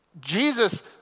Jesus